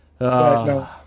No